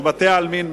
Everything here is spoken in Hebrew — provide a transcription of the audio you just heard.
או בתי-עלמין,